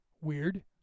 weird